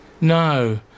no